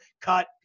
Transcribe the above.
cut